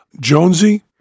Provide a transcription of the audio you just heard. Jonesy